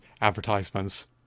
advertisements